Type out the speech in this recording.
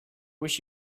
wish